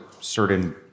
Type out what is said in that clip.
certain